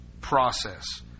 process